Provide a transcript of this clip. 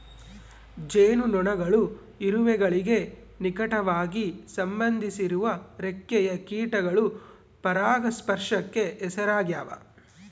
ಜೇನುನೊಣಗಳು ಇರುವೆಗಳಿಗೆ ನಿಕಟವಾಗಿ ಸಂಬಂಧಿಸಿರುವ ರೆಕ್ಕೆಯ ಕೀಟಗಳು ಪರಾಗಸ್ಪರ್ಶಕ್ಕೆ ಹೆಸರಾಗ್ಯಾವ